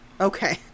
Okay